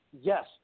yes